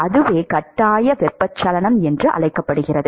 அதுவே கட்டாய வெப்பச்சலனம் என்று அழைக்கப்படுகிறது